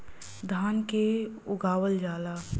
धान के उगावल जाला